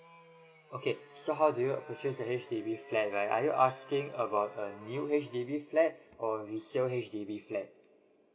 okay so how do you fulfill the H_D_B flat right are you asking about a new H_D_B flat or resale H_D_B flat